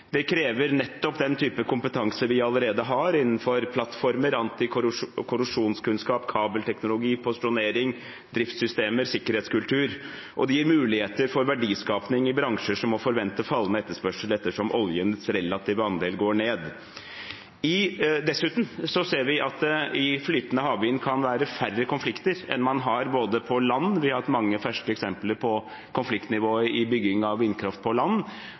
Det krever nettopp den type kompetanse vi allerede har innenfor plattformer, antikorrosjonskunnskap, kabelteknologi, posisjonering, driftssystemer, sikkerhetskultur. Det gir muligheter for verdiskaping i bransjer som må forvente fallende etterspørsel ettersom oljens relative andel går ned. Dessuten ser vi at i flytende havvind kan bety færre konflikter enn man har på land. Vi har hatt mange ferske eksempler på konfliktnivået ved bygging av vindkraft på land.